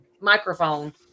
microphone